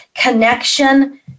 connection